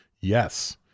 Yes